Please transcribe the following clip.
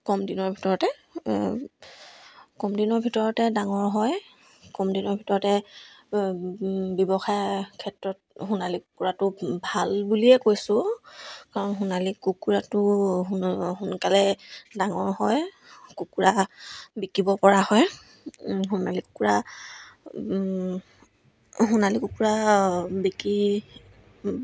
কম দিনৰ ভিতৰতে কম দিনৰ ভিতৰতে ডাঙৰ হয় কম দিনৰ ভিতৰতে ব্যৱসায় ক্ষেত্ৰত সোণালী কুকুৰাটো ভাল বুলিয়ে কৈছোঁ কাৰণ সোণালী কুকুৰাটো সোন সোনকালে ডাঙৰ হয় কুকুৰা বিকিব পৰা হয় সোণালী কুকুৰা সোণালী কুকুৰা বিকি